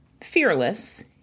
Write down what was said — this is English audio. fearless